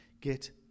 get